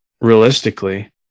realistically